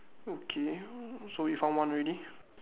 okay so we found one already